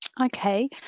Okay